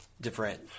different